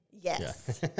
Yes